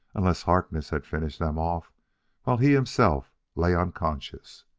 unless harkness had finished them off while he, himself, lay unconscious.